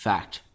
Fact